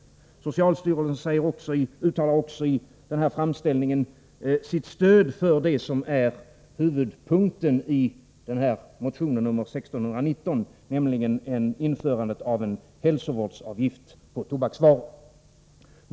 Socialstyrelsen uttalar också i den här framställningen sitt stöd för det som är huvudpunkten i motion 1619, nämligen införandet av en hälsovårdsavgift på tobaksvaror.